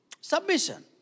Submission